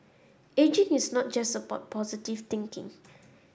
ageing is not just about positive thinking